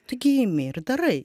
taigi imi ir darai